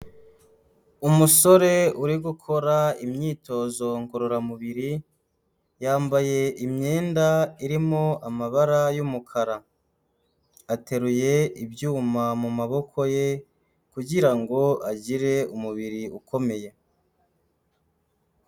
Umusore uri gukora imyitozo ngororamubiri, yambaye imyenda irimo amabara y'umukara, ateruye ibyuma mu maboko ye, kugira ngo agire umubiri ukomeye.